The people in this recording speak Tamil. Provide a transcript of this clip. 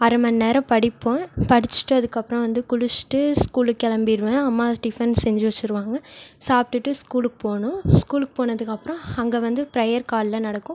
அரை மணிநேரம் படிப்போம் படிச்சுட்டு அதுக்கப்புறம் வந்து குளிச்சிட்டு ஸ்கூலுக்கு கிளம்பிடுவேன் அம்மா டிஃபன் செஞ்சு வச்சுருவாங்க சாப்ட்டுவிட்டு ஸ்கூலுக்கு போகணும் ஸ்கூலுக்கு போனதுக்கப்புறம் அங்கே வந்து ப்ரேயர் காலைல நடக்கும்